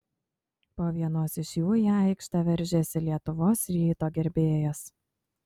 po vienos iš jų į aikštę veržėsi lietuvos ryto gerbėjas